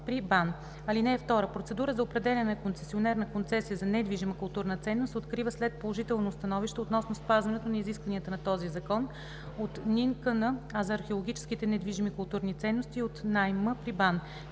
при БАН). (2) Процедура за определяне на концесионер на концесия за недвижима културна ценност се открива след положително становище относно спазване на изискванията на този закон от НИНКН, а за археологическите недвижими културни ценности – и от НАИМ при БАН.